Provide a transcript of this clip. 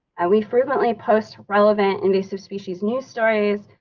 and we frequently post relevant invasive species news stories,